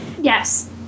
Yes